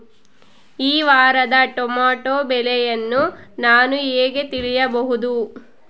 ಈ ವಾರದ ಟೊಮೆಟೊ ಬೆಲೆಯನ್ನು ನಾನು ಹೇಗೆ ತಿಳಿಯಬಹುದು?